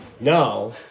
No